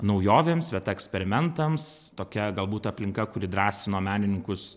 naujovėms vieta eksperimentams tokia galbūt aplinka kuri drąsino menininkus